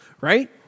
Right